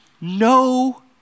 no